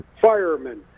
firemen